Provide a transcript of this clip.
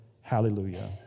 hallelujah